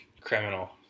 Criminal